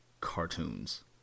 cartoons